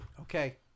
Okay